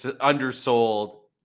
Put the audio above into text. undersold